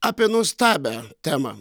apie nuostabią temą